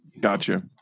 Gotcha